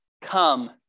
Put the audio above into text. come